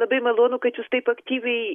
labai malonu kad jūs taip aktyviai